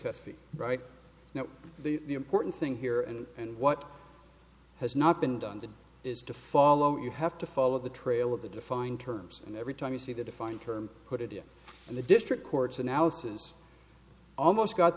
ly right now the important thing here and and what has not been done is to follow you have to follow the trail of the defined terms and every time you see the defined term put it in the district courts analysis almost got